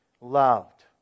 loved